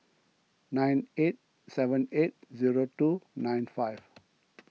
nine eight seven eight zero two nine five